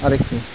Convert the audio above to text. आरोकि